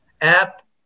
app